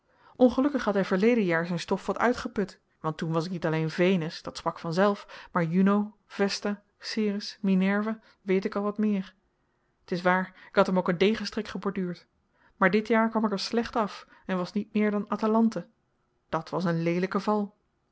ongelukkig had hij verleden jaar zijn stof wat uitgeput want toen was ik niet alleen venus dat sprak vanzelf maar juno vesta ceres minerva weet ik wat al meer t is waar ik had hem ook een degenstrik geborduurd maar dit jaar kwam ik er slecht af en was niet meer dan atalante dat was een leelijke val